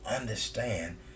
Understand